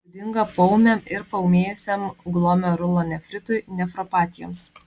būdinga poūmiam ir paūmėjusiam glomerulonefritui nefropatijoms